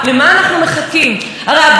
הם כילדים אומרים לאימא שלהם: לכי ותתלונני,